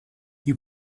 you